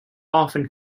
often